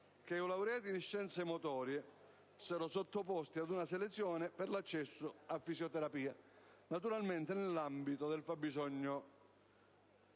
che i laureati in scienze motorie fossero sottoposti a una selezione per l'accesso a fisioterapia, naturalmente nell'ambito del fabbisogno